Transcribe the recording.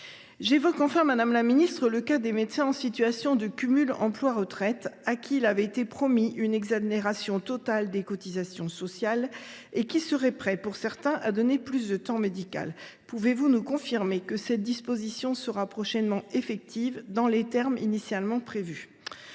J’évoque enfin, madame la ministre, le cas des médecins en situation de cumul emploi retraite, à qui une exonération totale des cotisations sociales avait été promise. Certains d’entre eux seraient prêts à donner plus de temps médical. Pouvez vous nous confirmer que cette disposition sera prochainement effective dans les termes initialement prévus ?